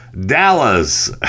Dallas